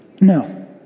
No